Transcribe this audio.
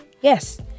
Yes